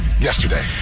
yesterday